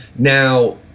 Now